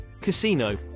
Casino